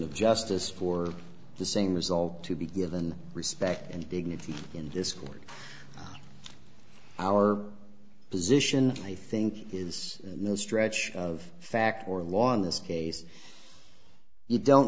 of justice for the same result to be given respect and dignity in this court our position i think is no stretch of fact or law in this case you don't